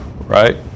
right